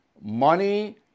money